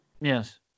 Yes